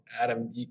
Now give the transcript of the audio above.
Adam